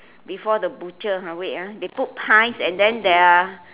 before the butcher ah wait ah they put pies and then there are